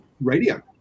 Radio